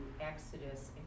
Exodus